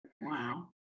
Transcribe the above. Wow